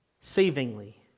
savingly